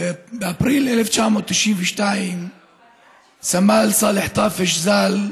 באפריל 1992 סמל סאלח טאפש ז"ל,